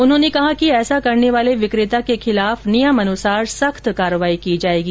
उन्होंने कहा कि ऐसा करने वाले विक्रेता के खिलाफ नियमानुसार सख्त कार्रवाई की जाएगी